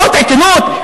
זאת עיתונות?